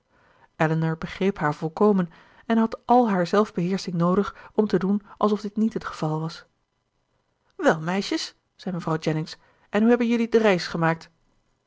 elinor begreep haar volkomen en had al haar zelfbeheersching noodig om te doen alsof dit niet het geval was wel meisjes zei mevrouw jennings en hoe hebben jelui de reis gemaakt